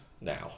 now